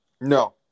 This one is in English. No